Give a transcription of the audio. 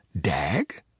Dag